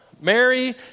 Mary